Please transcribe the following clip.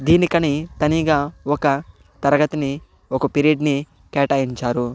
దీనికని తనీగా ఒక తరగతిని ఒక పిరియడ్ ని కేటాయించారు